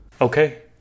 Okay